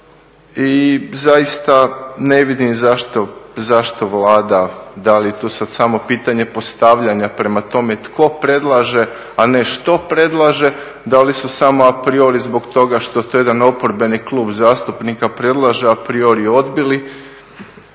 i zaista ne vidim zašto, zašto Vlada. Da li je to sad samo pitanje postavljanja prema tome tko predlaže, a ne što predlaže. Da li su samo a priori zbog toga što to jedan oporbeni klub zastupnika predlaže a priori odbili.